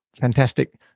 fantastic